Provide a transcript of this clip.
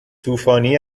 طوفانی